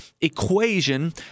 equation